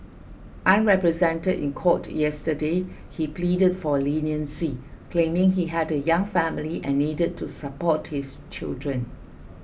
unrepresented in court yesterday he pleaded for leniency claiming he had a young family and needed to support his children